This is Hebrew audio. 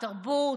התרבות.